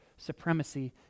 Supremacy